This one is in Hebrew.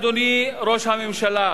אדוני ראש הממשלה,